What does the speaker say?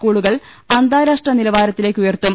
സ്കൂളുകൾ അന്താരാഷ്ട്ര നിലവാര ത്തിലേക്ക് ഉയർത്തും